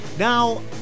Now